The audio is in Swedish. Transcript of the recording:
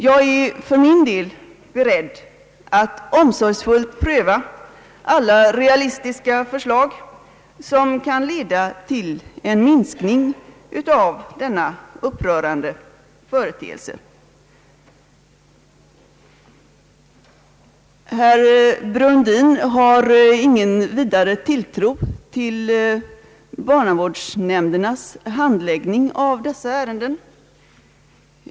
Jag är för min del beredd att omsorgsfullt pröva alla realistiska förslag som kan leda till en minskning av denna upprörande företeelse. Herr Brundin har ingen vidare tilltro till barnavårdsnämndernas handläggning av dessa ärenden.